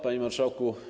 Panie Marszałku!